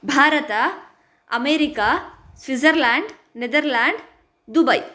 भारतम् America Switzerland Netherlands Dubai